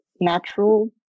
natural